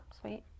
Sweet